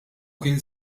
kien